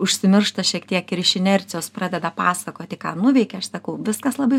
užsimiršta šiek tiek ir iš inercijos pradeda pasakoti ką nuveikė aš sakau viskas labai